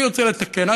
אני רוצה לתקן,